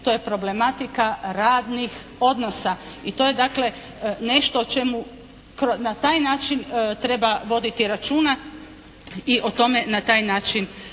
to je problematika radnih odnosa. I to je dakle nešto o čemu na taj način treba voditi računa i o tome na taj način